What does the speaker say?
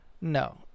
no